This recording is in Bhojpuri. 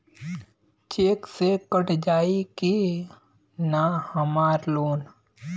चेक से कट जाई की ना हमार लोन?